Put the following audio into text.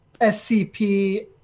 SCP